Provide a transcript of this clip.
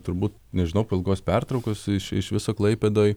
turbūt nežinau po ilgos pertraukos iš viso klaipėdoj